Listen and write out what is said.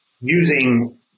using